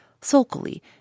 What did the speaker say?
sulkily